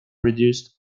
produced